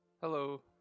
Hello